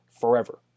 forever